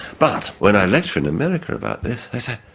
but when i lecture in america about this, they say,